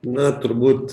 na turbūt